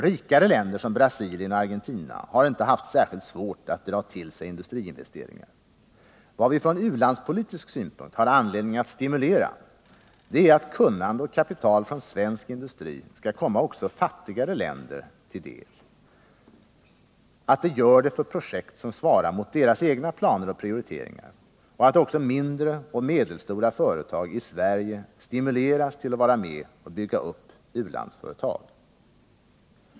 Rikare länder, som Brasilien och Argentina, har inte haft särskilt svårt att dra till sig industriinvesteringar. Vad vi från u-landspolitisk synpunkt har anledning att stimulera, det är att kunnande och kapital från svensk industri skall komma också fattigare länder till del, att de gör det för projekt som svarar mot deras egna planer och prioriteringar och att också mindre och medelstora företag i Sverige stimuleras till att vara med och bygga upp u-landsföretag.